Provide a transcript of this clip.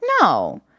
no